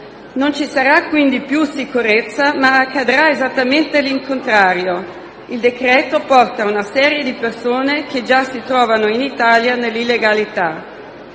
Non ci sarà quindi più sicurezza, ma accadrà esattamente il contrario. Il decreto porta una serie di persone che già si trovano in Italia nell'illegalità.